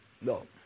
No